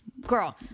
girl